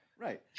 Right